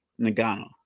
Nagano